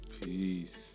Peace